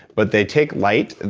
but they take light,